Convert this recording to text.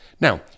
Now